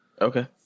okay